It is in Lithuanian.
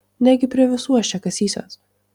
negi prie visų aš čia kasysiuos